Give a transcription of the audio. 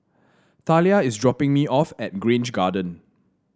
Thalia is dropping me off at Grange Garden